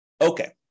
Okay